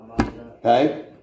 Okay